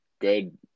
good